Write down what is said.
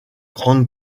grande